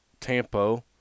tampo